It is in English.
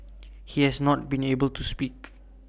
he has not been able to speak